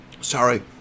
Sorry